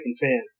fan